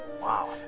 Wow